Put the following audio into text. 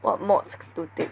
what mods to take